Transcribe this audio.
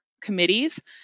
committees